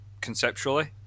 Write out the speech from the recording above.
conceptually